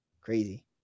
crazy